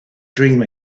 dream